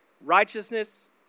righteousness